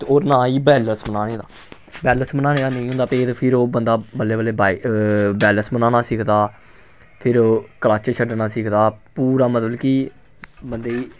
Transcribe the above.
ते होर ना ही बैलंस बनाने दा बैलंस बनाने दा निं होंदा भेत फ्ही ओह् बंदा बल्लें बल्लें बाइक बैलंस बनाना सिखदा फिर क्लच छड्डना सिखदा पूरा मतलब कि बंदे गी